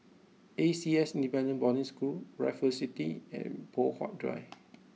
A C S Independent Boarding School Raffles City and Poh Huat Drive